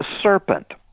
serpent